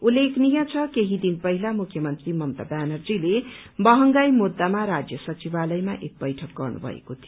उल्लेखनीय छ केही दिन पहिला मुख्यमन्त्री ममता ब्यानर्जीले महंगाई मुद्दामा राज्य सचिवालयमा एक बैठक गर्नुभएको थियो